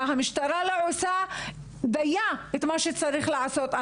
המשטרה לא עושה דיה את מה שצריך לעשות.